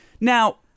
Now